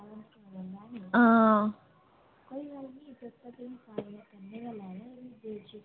हां